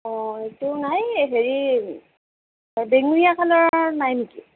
অ' এইটো নাই হেৰি বেঙুনীয়া কালাৰৰ নাই নেকি